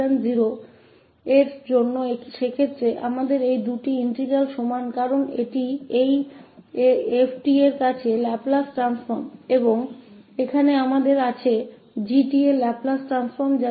तो मान लीजिए कि यह 𝐹𝑠 𝐺𝑠 सभी 𝑠 0 के लिए है उस स्थिति में हमारे पास ये दो इंटीग्रल बराबर हैं क्योंकि यह इस 𝑓𝑡 का लैपलेस ट्रांसफॉर्म है और यहां हमारे पास 𝑔 का लैपलेस ट्रांसफॉर्म है